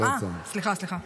אה, סליחה, סליחה.